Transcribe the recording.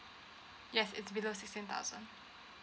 yes it's below sixteen thousand